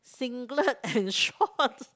singlet and shorts